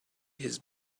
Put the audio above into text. his